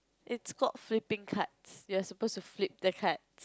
it's called flipping cards you're supposed to flip the card